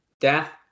Death